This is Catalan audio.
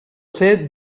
ser